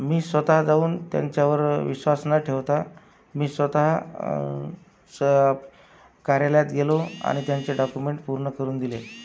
मी स्वतः जाऊन त्यांच्यावर विश्वास न ठेवता मी स्वतः स कार्यालयात गेलो आणि त्यांचे डाकुमेंट पूर्ण करून दिले